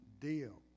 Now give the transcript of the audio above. deal